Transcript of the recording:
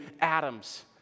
atoms